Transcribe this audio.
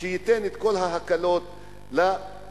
שייתן את כל ההקלות לצרכן,